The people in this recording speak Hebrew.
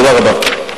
תודה רבה.